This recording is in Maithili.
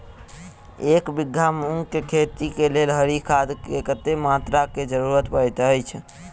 एक बीघा मूंग केँ खेती केँ लेल हरी खाद केँ कत्ते मात्रा केँ जरूरत पड़तै अछि?